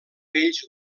vells